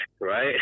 right